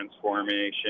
transformation